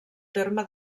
terme